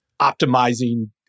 optimizing